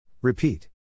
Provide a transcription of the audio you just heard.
Repeat